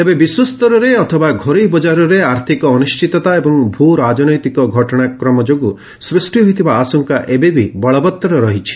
ତେବେ ବିଶ୍ୱସ୍ତରରେ ଅଥବା ଘରୋଇ ବଜାରରେ ଆର୍ଥକ ଅନିଶ୍ଚିତତା ଏବଂ ଭୂ ରାଜନୈତିକ ଘଟଣାକ୍ରମ ଯୋଗୁଁ ସୃଷ୍ଟି ହୋଇଥିବା ଆଶଙ୍କା ଏବେବି ବଳବତ୍ତର ରହିଛି